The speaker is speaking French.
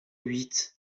huit